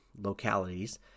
localities